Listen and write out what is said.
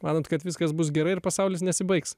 manote kad viskas bus gerai ir pasaulis nesibaigs